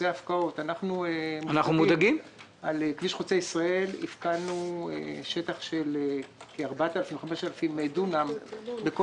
ההפקעות: על כביש חוצה ישראל הפקענו שטח של כ-4,000 5,000 דונם בכל